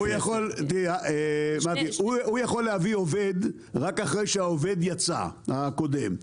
יכול להביא עובד רק אחרי שהעובד הקודם יצא.